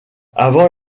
avant